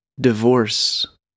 Divorce